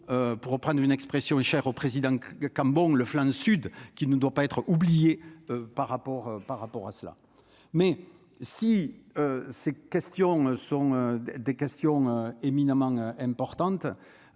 pour reprendre une expression chère au président quand bon le flanc sud qui ne doit pas être oubliée par rapport par rapport à cela, mais si ces questions sont des questions éminemment importante,